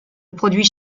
produit